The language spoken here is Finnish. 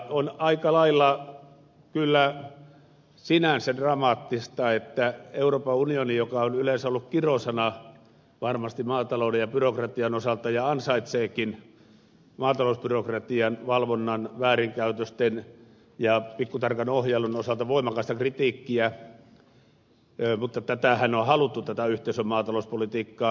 on aika lailla kyllä sinänsä dramaattista että vaikka euroopan unioni on yleensä ollut kirosana varmasti maatalouden ja byrokratian osalta ja ansaitseekin maatalousbyrokratian valvonnan väärinkäytösten ja pikkutarkan ohjailun osalta voimakasta kritiikkiä niin on silti haluttu tätä yhteisön maatalouspolitiikkaa